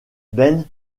ben